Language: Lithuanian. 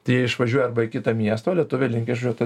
tai jie išvažiuoja arba į kitą miestą o lietuviai linkę išvažiuot